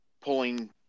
pulling